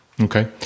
Okay